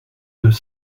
deux